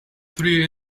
three